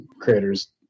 creators